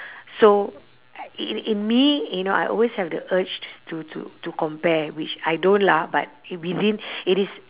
so i~ i~ in me you know I always have the urge to to to compare which I don't lah but within it is